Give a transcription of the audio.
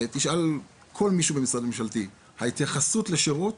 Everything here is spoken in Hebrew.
תשאל כל מי שבמשרד ממשלתי, ההתייחסות לשירות